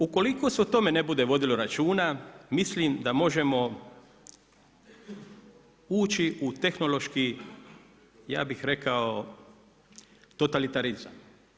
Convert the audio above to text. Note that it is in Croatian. Ukoliko se o tome ne bude vodilo računa, mislim da možemo ući u tehnološki ja bi rekao, totalitarizam.